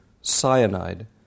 cyanide